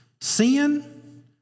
Sin